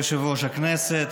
כבוד יושב-ראש הכנסת,